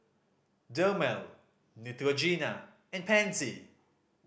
Dermale Neutrogena and Pansy